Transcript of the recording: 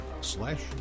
slash